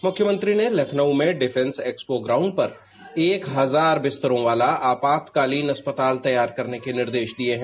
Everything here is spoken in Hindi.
मुख्यमंत्री ने लखनऊ में डिफेंस एक्सपो ग्राउंड पर एक हजार मित्रों वाला आपातकालीन अस्पताल तैयार करने के निर्देश दिए हैं